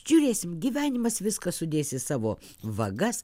žiūrėsim gyvenimas viską sudės į savo vagas